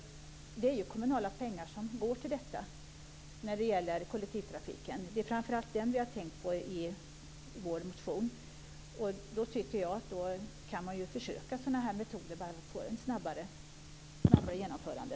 Det är ju kommunala pengar som går till kollektivtrafiken, och det är framför allt den som vi har tänkt på i vår motion. Jag tycker att man kan försöka med sådana här metoder för att få ett snabbare genomförande.